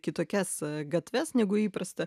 kitokias gatves negu įprasta